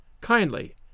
kindly